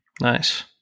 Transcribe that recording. Nice